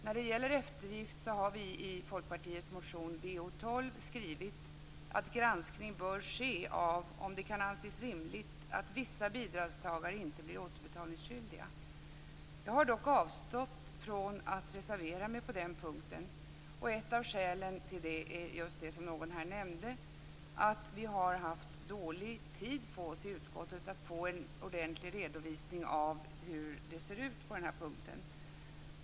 När det gäller eftergift har vi i Folkpartiets motion Bo12 skrivit att granskning bör ske av om det kan anses rimligt att vissa bidragstagare inte blir återbetalningsskyldiga. Jag har dock avstått från att reservera mig på den punkten. Ett av skälen är det som någon här nämnde, nämligen att vi har haft dåligt med tid på oss i utskottet att få en ordentlig redovisning av hur det ser ut på den här punkten.